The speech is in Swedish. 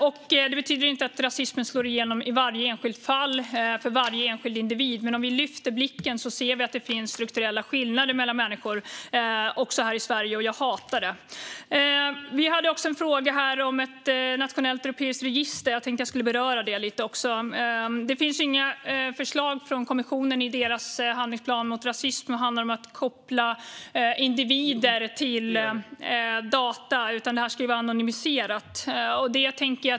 Detta betyder inte att rasismen slår igenom i varje enskilt fall för varje enskild individ, men om vi lyfter blicken ser vi att det finns strukturella skillnader mellan människor också här i Sverige, och jag hatar det. Det fanns också en fråga om ett nationellt europeiskt register, och det tänkte jag beröra lite. Det finns inga förslag från kommissionen i deras handlingsplan mot rasism när det handlar om att koppla individer till data, utan det ska vara anonymiserat.